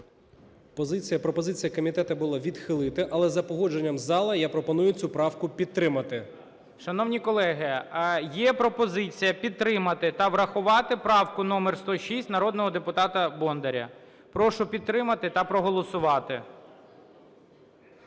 пропозиція комітету була відхилити. Але за погодженням залу я пропоную цю правку підтримати. ГОЛОВУЮЧИЙ. Шановні колеги, є пропозиція підтримати та врахувати правку номер 106 народного депутата Бондаря. Прошу підтримати та проголосувати.